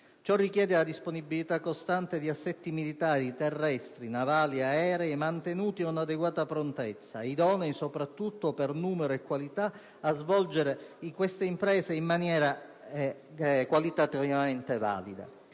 Ciò richiede la disponibilità costante di assetti militari terrestri, navali ed aerei mantenuti ad un'adeguata prontezza, idonei per numero e qualità a svolgere queste imprese in maniera qualitativamente valida.